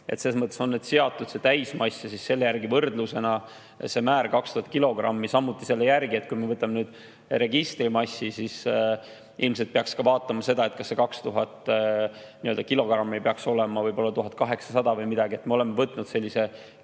Selles mõttes on seatud täismass ja selle järgi võrdlusena määr 2000 kilogrammi. Samuti selle järgi, et kui me võtame registrimassi, siis ilmselt peaks vaatama ka seda, kas see 2000 kilogrammi peaks olema võib-olla 1800 või midagi. Me oleme võtnud selle